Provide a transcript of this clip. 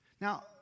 Now